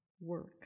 work